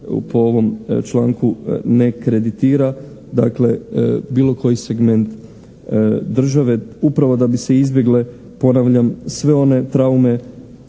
po ovom članku ne kreditira. Dakle, bilo koji segment države upravo da bi se izbjegle, ponavljam, sve one traume